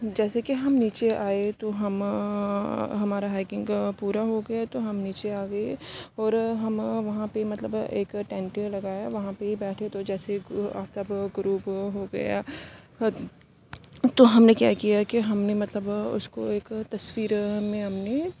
جیسے کہ ہم نیچے آئے تو ہمارا ہائکنگ پورا ہو گیا تو ہم نیچے آ گئے اور ہم وہاں پہ مطلب ایک ٹائم ٹیبل لگایا وہاں پہ ہی بیٹھے تو جیسے آفتاب غروب ہو گیا تو ہم نے کیا کیا کہ ہم نے مطلب اس کو ایک تصویر میں ہم نے